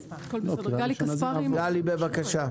בבקשה.